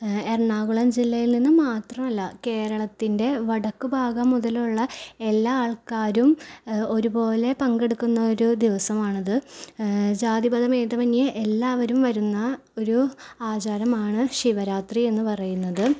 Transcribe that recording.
എറണാംകുളം ജില്ലയിൽ നിന്ന് മാത്രമല്ല കേരളത്തിൻ്റെ വടക്ക് ഭാഗം മുതലുള്ള എല്ലാ ആൾക്കാരും ഒരുപോലെ പങ്കെടുക്കുന്ന ഒരു ദിവസമാണ് ഇത് ജാതിമത ഭേദമന്യേ എല്ലാരും വരുന്ന ഒര് ആചാരമാണ് ശിവരാത്രി എന്ന് പറയുന്നത്